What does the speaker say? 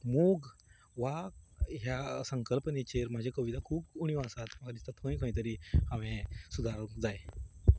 मोग वा ह्या संकल्पनेचेर म्हज्यो कविता खूब उण्यो आसात म्हाका दिसता थंय खंय तरी हांवें सुदारूंक जाय